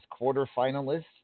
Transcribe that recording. Quarterfinalists